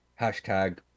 Hashtag